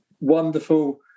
wonderful